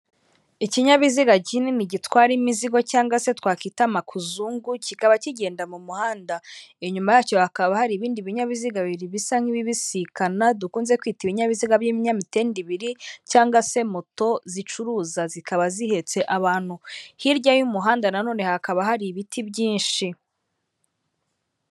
Ikinyabiziga kinini gitwara imizigo cyangwase twakwita makuzungu, kikaba kigenda mu muhanda, inyuma yacyo hakaba hari ibindi binyabiziga bibiri bisa nk'ibibisikana dukunze kwita ibinyabiziga by'ibyamitende biriri, cyangwase moto zicuruza zikaba zihetse abantu hirya y'umuhanda nanone hakaba hari ibiti byinshi.